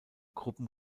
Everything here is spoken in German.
gruppen